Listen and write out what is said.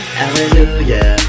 hallelujah